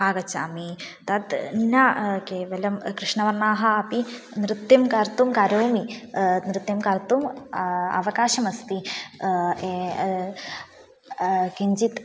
आगच्छामि तत् न केवलं कृष्णवर्णाः अपि नृत्यं कर्तुं करोमि नृत्यं कर्तुम् अवकाशकमस्ति किञ्चित्